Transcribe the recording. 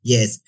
Yes